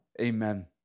Amen